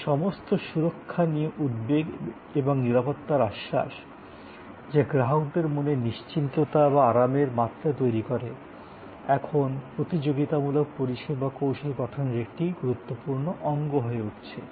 এই সমস্ত সুরক্ষা নিয়ে উদ্বেগ এবং নিরাপত্তার আশ্বাস যা গ্রাহকদের মনে নিশ্চিততা বা আরামের মাত্রা তৈরি করে এখন প্রতিযোগিতামূলক পরিষেবা কৌশল গঠনের একটি গুরুত্বপূর্ণ অঙ্গ হয়ে উঠছে